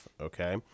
okay